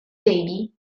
baby